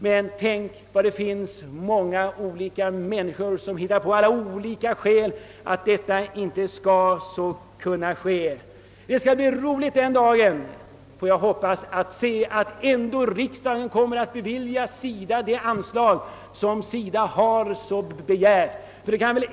Men tänk vad det finns många olika människor som hittar på olika skäl för att detta inte skall kunna genomföras! Det skall bli roligt den dagen då riksdagen ändå kommer att bevilja SIDA det anslag som SIDA har begärt.